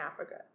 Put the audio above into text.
Africa